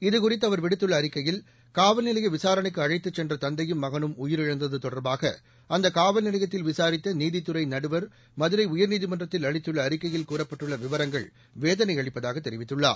இதுகுறித்து அவர் விடுத்துள்ள அறிக்கையில் காவல்நிலைய விசாரணைக்கு அழைத்துச் சென்ற தந்தையும் மகனும் உயிரிழந்தது தொடர்பாக அந்த காவல்நிலையத்தில் விசாரித்த நீதித்துறை நடுவர் மதுரை உயர்நீதிமன்றத்தில் அளித்துள்ள அறிக்கையில் கூறப்பட்டுள்ள விவரங்கள் வேதனையளிப்பதாக தெரிவித்துள்ளார்